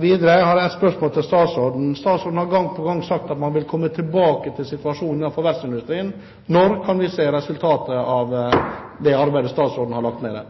Videre har jeg enda et spørsmål til statsråden. Statsråden har gang på gang sagt at man vil komme tilbake situasjonen innnenfor verftsindustrien. Når kan vi se resultatet av det arbeidet statsråden har lagt ned